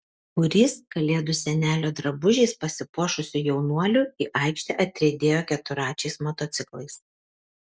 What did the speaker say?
būrys kalėdų senelio drabužiais pasipuošusių jaunuolių į aikštę atriedėjo keturračiais motociklais